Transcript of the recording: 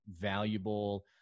valuable